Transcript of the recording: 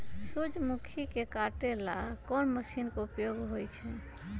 सूर्यमुखी के काटे ला कोंन मशीन के उपयोग होई छइ?